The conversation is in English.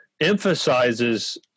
emphasizes